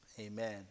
amen